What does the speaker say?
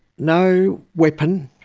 no weapon,